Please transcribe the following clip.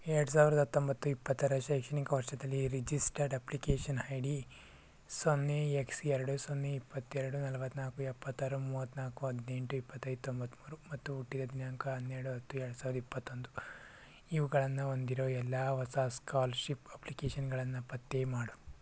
ಎರಡು ಸಾವ್ರ್ದ ಹತ್ತೊಂಬತ್ತು ಇಪ್ಪತ್ತರ ಶೈಕ್ಷಣಿಕ ವರ್ಷದಲ್ಲಿ ರಿಜಿಸ್ಟರ್ಡ್ ಅಪ್ಲಿಕೇಷನ್ ಹೈ ಡಿ ಸೊನ್ನೆ ಎಕ್ಸ್ ಎರಡು ಸೊನ್ನೆ ಇಪ್ಪತ್ತೆರಡು ನಲವತ್ತ್ನಾಲ್ಕು ಎಪ್ಪತ್ತಾರು ಮೂವತ್ತ್ನಾಲ್ಕು ಹದಿನೆಂಟು ಇಪ್ಪತ್ತೈದು ತೊಂಬತ್ತ್ಮೂರು ಮತ್ತು ಹುಟ್ಟಿದ ದಿನಾಂಕ ಹನ್ನೆರಡು ಹತ್ತು ಎರಡು ಸಾವಿರದ ಇಪ್ಪತ್ತೊಂದು ಇವುಗಳನ್ನು ಒಂದಿರೋ ಎಲ್ಲ ಹೊಸ ಸ್ಕಾಲ್ಶಿಪ್ ಅಪ್ಲಿಕೇಷನ್ಗಳನ್ನು ಪತ್ತೆ ಮಾಡು